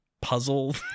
puzzle